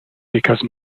because